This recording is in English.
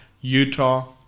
utah